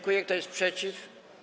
Kto jest przeciw?